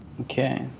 Okay